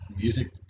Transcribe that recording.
Music